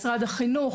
משרד החינוך,